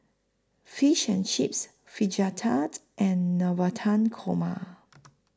Fish and Chips Fajitas and Navratan Korma